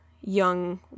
young